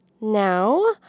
now